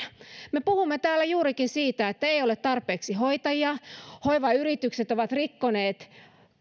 me puhumme täällä juurikin siitä että ei ole tarpeeksi hoitajia hoivayritykset ovat rikkoneet